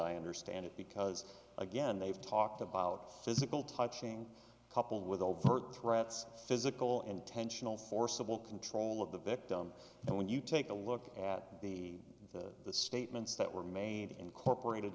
i understand it because again they've talked about physical touching coupled with overt threats physical and tensional forcible control of the victim and when you take a look at the the statements that were made incorporated